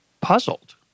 puzzled